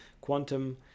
quantum